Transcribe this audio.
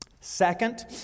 Second